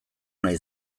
nahi